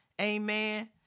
Amen